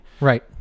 right